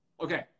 Okay